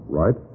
right